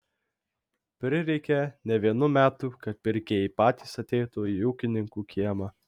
prireikė ne vienų metų kad pirkėjai patys ateitų į ūkininkų kiemą